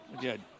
Good